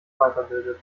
weiterbildet